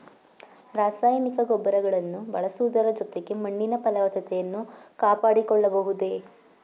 ರಾಸಾಯನಿಕ ಗೊಬ್ಬರಗಳನ್ನು ಬಳಸುವುದರ ಜೊತೆಗೆ ಮಣ್ಣಿನ ಫಲವತ್ತತೆಯನ್ನು ಕಾಪಾಡಿಕೊಳ್ಳಬಹುದೇ?